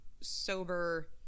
sober